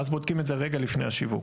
ואז בודקים את זה רגע לפני השיווק.